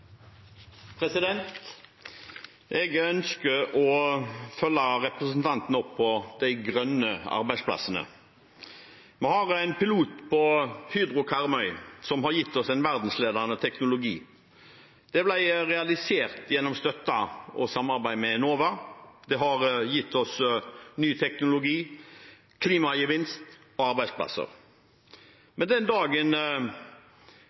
har en pilot på Hydro Karmøy som har gitt oss en verdensledende teknologi. Den ble realisert gjennom støtte fra og samarbeid med Enova og har gitt oss ny teknologi, klimagevinst og